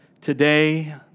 today